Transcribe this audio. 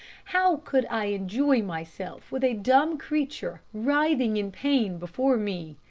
how could i enjoy myself with a dumb creature writhing in pain before me?